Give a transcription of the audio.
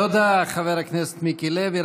תודה, חבר הכנסת מיקי לוי.